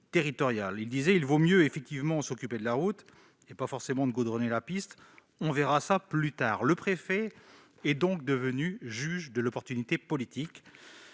déclarant qu'il valait mieux s'occuper de la route, et pas forcément goudronner la piste ; on verrait ça plus tard. Il est donc devenu juge de l'opportunité politique